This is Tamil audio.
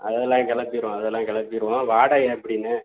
அதெல்லாம் கிளப்பிருவோம் அதெல்லாம் கிளப்பிருவோம் வாடகை எப்படிண்ணே